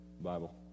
Bible